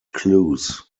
clues